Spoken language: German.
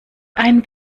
ein